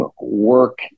work